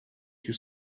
yüz